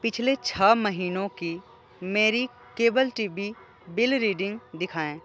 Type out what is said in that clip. पिछले छः महीनों की मेरी cable T V bill reading दिखाएं